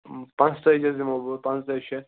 پانٛژتٲجی حظ دِمو بہٕ پانٛژتٲج شیٚتھ